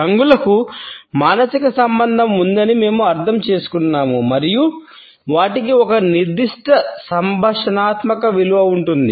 రంగులకు మానసిక సంబంధం ఉందని మేము అర్థం చేసుకున్నాము మరియు వాటికి ఒక నిర్దిష్ట సంభాషణాత్మక విలువ ఉంటుంది